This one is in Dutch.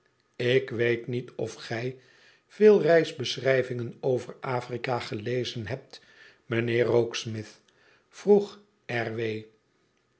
ik weet niet of gij veel reisbeschrijvingen over afrika gelezen hebt mijnheer rokesmithr vroeg